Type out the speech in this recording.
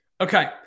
Okay